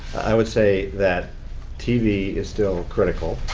say that tv is still critical.